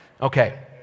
Okay